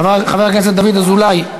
חבר הכנסת דוד אזולאי,